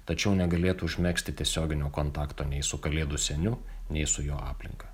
tačiau negalėtų užmegzti tiesioginio kontakto nei su kalėdų seniu nei su jo aplinka